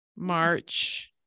March